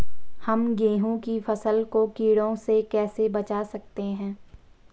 हम गेहूँ की फसल को कीड़ों से कैसे बचा सकते हैं?